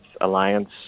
Alliance